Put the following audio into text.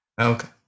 Okay